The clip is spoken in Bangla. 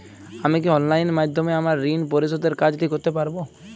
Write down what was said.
আমি কি অনলাইন মাধ্যমে আমার ঋণ পরিশোধের কাজটি করতে পারব?